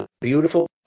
Beautiful